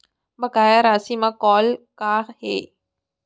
बकाया राशि मा कॉल का हे?